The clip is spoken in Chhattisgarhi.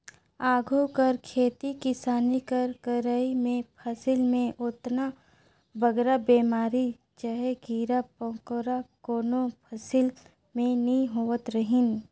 आघु कर खेती किसानी कर करई में फसिल में ओतना बगरा बेमारी चहे कीरा मकोरा कोनो फसिल में नी होवत रहिन